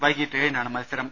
വൈകീട്ട് ഏഴിനാണ് മത്സരം